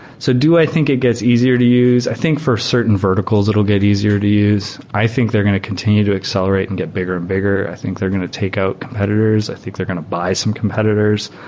so do i think it gets easier to use? i think for certain verticals, it'll get easier to use. i think they're going to continue to accelerate and get bigger and bigger. i think they're going to take out competitors. i think they're going to buy some competitors.